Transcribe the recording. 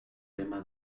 tema